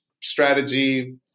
strategy